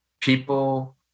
People